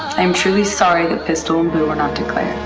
i am truly sorry that pistol and boo were not declared.